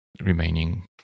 remaining